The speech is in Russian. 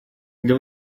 для